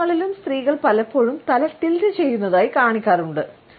പരസ്യങ്ങളിലും സ്ത്രീകൾ പലപ്പോഴും തല റ്റിൽറ്റ് ചെയ്യുന്നതായി കാണിക്കാറുണ്ട്